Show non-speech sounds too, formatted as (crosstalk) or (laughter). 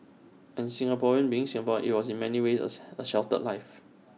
and Singapore being Singapore IT was in many ways A (unintelligible) A sheltered life